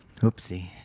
Oopsie